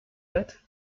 that